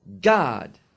God